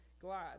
glad